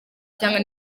cyangwa